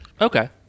Okay